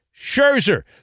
Scherzer